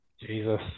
Jesus